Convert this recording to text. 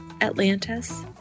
Atlantis